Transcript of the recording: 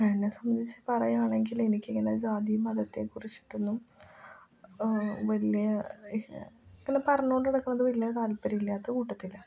എന്നെ സംബന്ധിച്ച് പറയുകയാണെങ്കിലെനിക്ക് ഇങ്ങനെ ജാതിയും മതത്തെക്കുറിച്ചിട്ടൊന്നും വലിയ ഇങ്ങനെ പറഞ്ഞു കൊണ്ട് നടക്കണത് വലിയ താത്പര്യമില്ലാത്ത കൂട്ടത്തിലാണ്